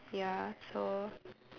ya so